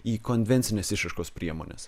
į konvencines išraiškos priemones